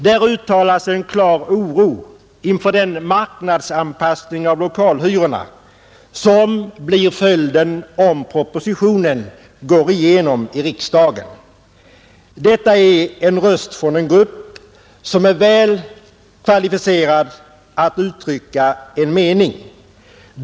Där uttalas en klar oro inför den marknadsanpassning av lokalhyrorna som blir följden om propositionen går igenom i riksdagen. Detta är en röst ifrån en grupp som är väl kvalificerad att uttrycka en mening.